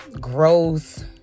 growth